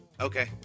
okay